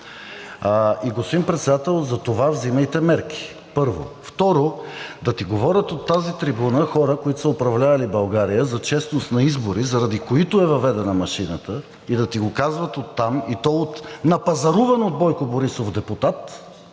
Господин Председател, затова взимайте мерки, първо! Второ, да ти говорят от тази трибуна хора, които са управлявали България, за честност на избори, заради които е въведена машината, и да ти го казват оттам, и то от напазаруван от Бойко Борисов депутат